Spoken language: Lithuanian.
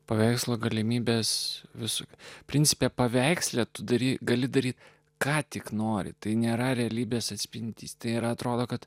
paveikslą galimybes visur principe paveiksle tai daryti gali daryti ką tik nori tai nėra realybės atspindys tėra atrodo kad